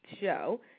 show